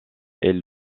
est